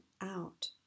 out